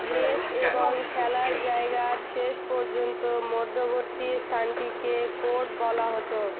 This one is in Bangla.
বেস এবং খেলার জায়গার শেষ পর্যন্ত মধ্যবর্তী স্থানটিকে কোর্ট বলা হতো